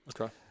okay